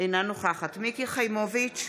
אינה נוכחת מיקי חיימוביץ'